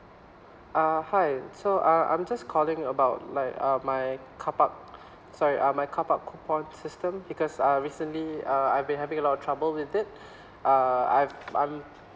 uh hi so uh I'm just calling about like um my car park sorry um my car park coupon system because uh recently uh I've been having a lot of trouble with it uh I've um